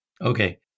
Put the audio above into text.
Okay